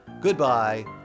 goodbye